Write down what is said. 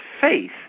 faith